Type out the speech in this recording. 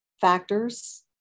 factors